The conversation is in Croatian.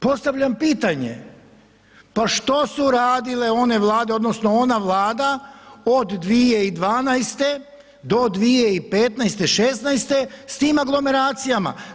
Postavljam pitanje, pa što su radile one Vlade odnosno ona Vlada od 2012. do 2015., 2016. s tim aglomeracijama?